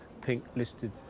pink-listed